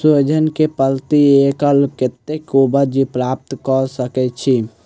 सोहिजन केँ प्रति एकड़ कतेक उपज प्राप्त कऽ सकै छी?